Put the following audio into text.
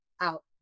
out